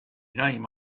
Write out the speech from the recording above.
name